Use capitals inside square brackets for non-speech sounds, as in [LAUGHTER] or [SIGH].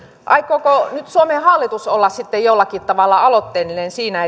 aikooko nyt suomen hallitus olla sitten jollakin tavalla aloitteellinen siinä [UNINTELLIGIBLE]